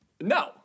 No